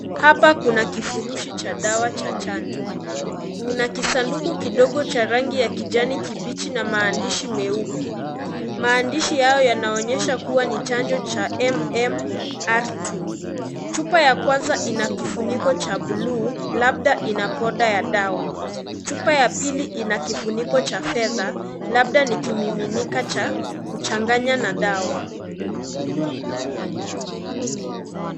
Hapa kuna kifurushi cha dawa cha chanjo, kuna kijisanduku kidogo cha rangi ya kijani kibichi na maandishi meupe, maandishi hayo yanaonyesha ni chanjo cha MM,R2, chupa ya kwanza ina kifuniko cha buluu, labda ina poda ya dawa, chupa ya pili ina kifuniko cha fedha, labda ni kimiminika cha, kuchanganya na dawa.